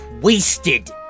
wasted